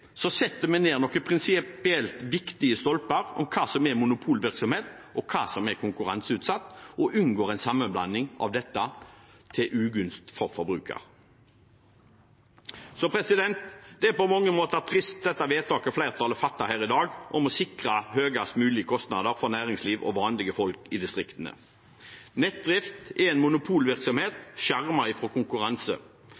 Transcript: setter vi ned noen prinsipielt viktige stolper om hva som er monopolvirksomhet og hva som er konkurranseutsatt, og unngår en sammenblanding av dette til ugunst for forbrukerne. Det er på mange måter trist det vedtaket flertallet fatter her i dag, om å sikre høyest mulig kostnader for næringsliv og vanlige folk i distriktene. Nettdrift er en monopolvirksomhet